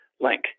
link